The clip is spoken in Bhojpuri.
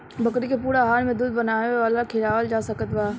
बकरी के पूर्ण आहार में दूध बढ़ावेला का खिआवल जा सकत बा?